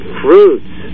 fruits